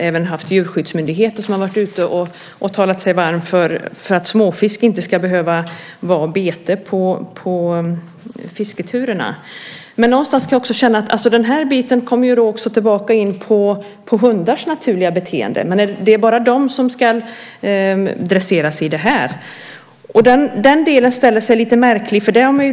Även djurskyddsmyndigheter har talat sig varma för att småfisk inte ska behöva vara bete på fisketurerna. Men den här biten slår också tillbaka på hundars naturliga beteende. Det är bara de som ska dresseras i detta. Det här är märkligt.